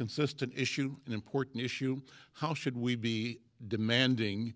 consistent issue an important issue how should we be demanding